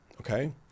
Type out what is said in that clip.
okay